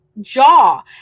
jaw